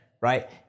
Right